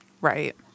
Right